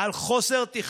שום דבר.